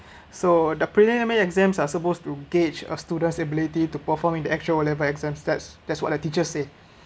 so the preliminary exams are supposed to gauge a student's ability to performing in the actual o-level exams that's that’s what the teacher say